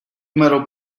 metal